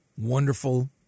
Wonderful